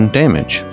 damage